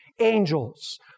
angels